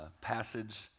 passage